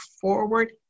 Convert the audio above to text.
forward